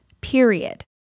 period